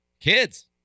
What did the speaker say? kids